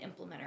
implementer